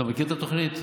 אתה מכיר את התוכנית?